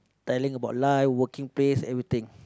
telling about life working place everything